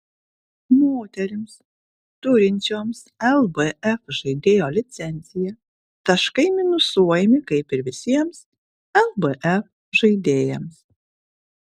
moterims turinčioms lbf žaidėjo licenciją taškai minusuojami kaip ir visiems lbf žaidėjams